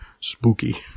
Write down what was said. spooky